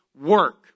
work